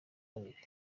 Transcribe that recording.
abiri